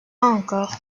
encore